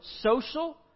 social